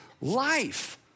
Life